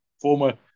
former